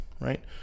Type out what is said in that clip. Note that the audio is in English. right